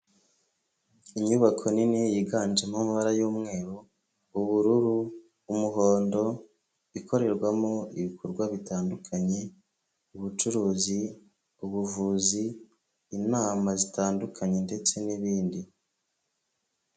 Inyubako nini yiganjemo amabara y'umweru, ubururu, umuhondo, ikorerwamo ibikorwa bitandukanye, ubucuruzi, ubuvuzi, inama zitandukanye, ndetse n'ibindi.